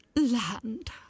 Land